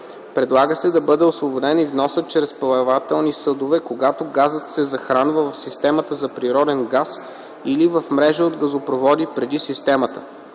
Предлага се да бъде освободен и вносът чрез плавателни съдове, когато газът се захранва в система за природен газ или в мрежа от газопроводи преди системата.